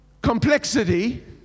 complexity